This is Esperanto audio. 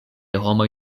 homoj